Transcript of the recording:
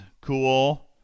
Cool